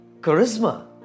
charisma